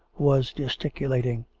was gesticu lating.